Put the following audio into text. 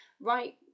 right